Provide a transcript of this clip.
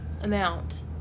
amount